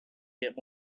get